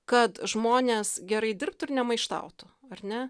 kad žmonės gerai dirbtų ir nemaištautų ar ne